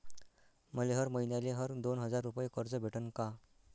मले हर मईन्याले हर दोन हजार रुपये कर्ज भेटन का?